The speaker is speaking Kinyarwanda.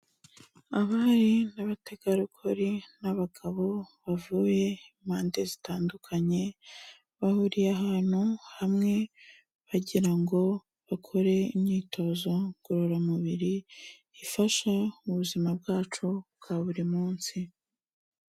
Abari n'abategarugori n'abagabo bavuye impande zitandukanye, bahuriye ahantu hamwe bagira ngo bakore imyitozo ngororamubiri ifasha mu buzima bwacu bwa buri munsi.